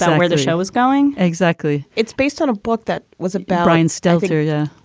um where the show was going exactly. it's based on a book that was a brian stelter. yeah,